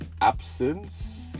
absence